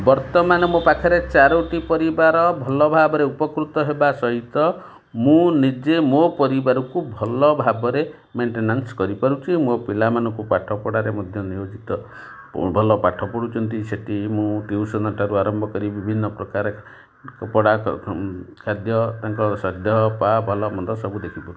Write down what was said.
ବର୍ତ୍ତମାନ ମୋ ପାଖରେ ଚାରୋଟି ପରିବାର ଭଲ ଭାବରେ ଉପକୃତ ହେବା ସହିତ ମୁଁ ନିଜେ ମୋ ପରିବାରକୁ ଭଲ ଭାବରେ ମେଣ୍ଟେନାନ୍ସ୍ କରିପାରୁଛି ମୋ ପିଲାମାନଙ୍କୁ ପାଠ ପଢ଼ାରେ ମଧ୍ୟ ନିୟୋଜିତ ଭଲ ପାଠ ପଢ଼ୁଛନ୍ତି ସେଠି ମୁଁ ଟିଉସନଠାରୁ ଆରମ୍ଭ କରି ବିଭିନ୍ନ ପ୍ରକାର କପଡ଼ା ଖାଦ୍ୟ ତାଙ୍କ ଦେହ ପା ଭଲମନ୍ଦ ସବୁ ଦେଖିପାରୁଛି